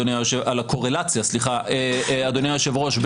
אדוני היושב-ראש,